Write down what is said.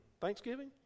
Thanksgiving